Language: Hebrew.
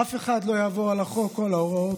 אף אחד לא יעבור על החוק או על ההוראות.